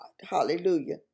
Hallelujah